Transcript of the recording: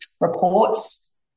reports